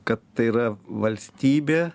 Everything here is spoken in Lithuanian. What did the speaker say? kad tai yra valstybė